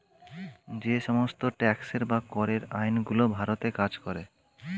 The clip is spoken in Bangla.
যে সমস্ত ট্যাক্সের বা করের আইন গুলো ভারতে কাজ করে